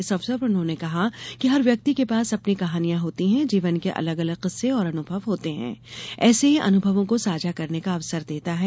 इस अवसर पर उन्होंने कहा कि हर व्यक्ति के पास अपनी कहानियां होती हैं जीवन के अलग अलग किस्से और अनुभव होते हैं साहित्य हमें ऐसे ही अनुभवों को साझा करने का अवसर देता है